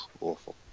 awful